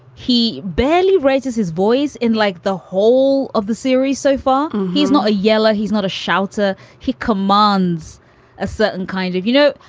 he barely raises his voice in like the whole of the series so far. he's not a yella. he's not a shouter he commands a certain kind of you know,